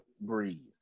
breathe